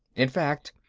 in fact,